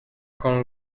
con